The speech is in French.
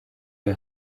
est